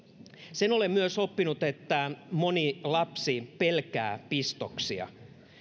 sen olen myös oppinut että moni lapsi pelkää pistoksia